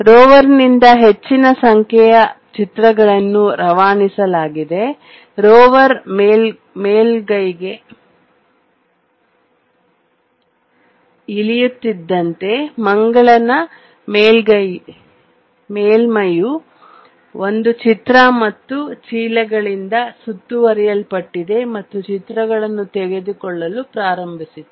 ರೋವರ್ನಿಂದ ಹೆಚ್ಚಿನ ಸಂಖ್ಯೆಯ ಚಿತ್ರಗಳನ್ನು ರವಾನಿಸಲಾಗಿದೆ ರೋವರ್ ಮೇಲ್ಮೈಗೆ ಇಳಿಯುತ್ತಿದ್ದಂತೆ ಮಂಗಳನ ಮೇಲ್ಮೈಯ ಒಂದು ಚಿತ್ರ ಮತ್ತು ಚೀಲಗಳಿಂದ ಸುತ್ತುವರಿಯಲ್ಪಟ್ಟಿದೆ ಮತ್ತು ಚಿತ್ರಗಳನ್ನು ತೆಗೆದುಕೊಳ್ಳಲು ಪ್ರಾರಂಭಿಸಿತು